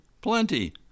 Plenty